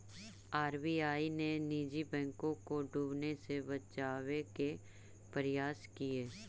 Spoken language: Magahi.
आर.बी.आई ने निजी बैंकों को डूबने से बचावे के प्रयास किए